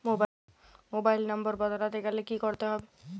Mobile number বদলাতে গেলে কি করতে হবে?